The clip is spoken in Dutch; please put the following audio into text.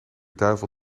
duivel